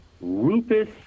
Rufus